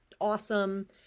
awesome